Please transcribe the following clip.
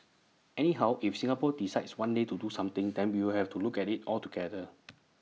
anyhow if Singapore decides one day to do something then we'll have to look at IT altogether